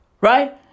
Right